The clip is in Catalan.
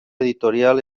editorial